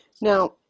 Now